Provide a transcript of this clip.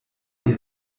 ihr